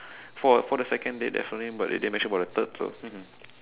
for for the second date that's only but they didn't mention about the third so